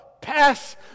pass